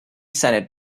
senate